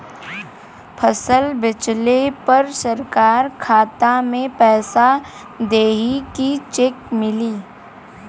फसल बेंचले पर सरकार खाता में पैसा देही की चेक मिली?